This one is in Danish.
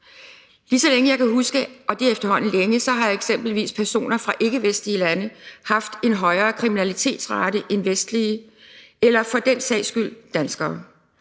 Lige så længe jeg kan huske – og det er efterhånden længe – har eksempelvis personer fra ikkevestlige lande haft en højere kriminalitetsrate end vestlige personer eller for den sags skyld danskere.